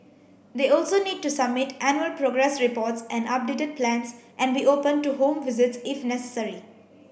they also need to submit annual progress reports and updated plans and be open to home visits if necessary